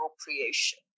appropriation